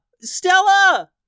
Stella